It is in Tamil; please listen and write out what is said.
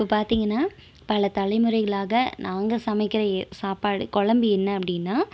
இப்போ பார்த்திங்கன்னா பல தலமுறைகளாக நாங்கள் சமைக்கிற சாப்பாடு குழம்பு என்ன அப்படின்னா